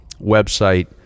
website